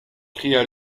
cria